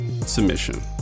submission